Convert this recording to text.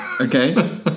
Okay